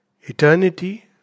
Eternity